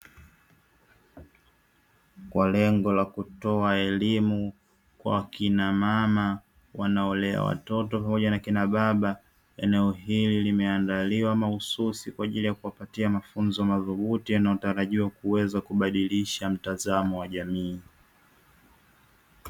Kwa lengo la kutoa elimu kwa wakina mama wanaolea watoto na wakina baba, eneo hili limetengenezwa mahususi kwaajili ya kuwapatia mafunzo yanayotarajiwa kuweza kubadilisha mtazamo wa jamii.